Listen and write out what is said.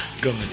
God